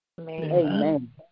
Amen